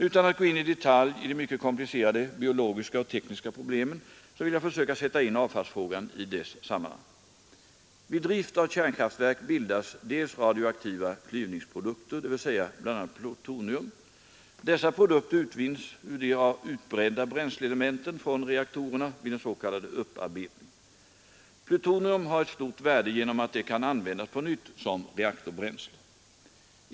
Utan att i detalj gå in på de mycket komplicerade biologiska och tekniska problemen vill jag försöka sätta in avfallsfrågan i dess sammanhang. Vid drift av kärnkraftverk bildas dels radioaktiva klyvningsprodukter, dels bl.a. plutonium. Dessa produkter utvinns ur de utbrända bränsleelementen från reaktorerna vid den s.k. upparbetningen. Plutonium har ett stort värde genom att det kan användas på nytt som reaktorbränsle.